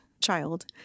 child